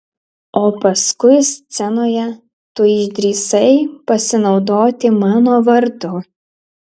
o paskui scenoje tu išdrįsai pasinaudoti mano vardu